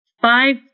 Five